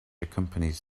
accompanies